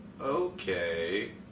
Okay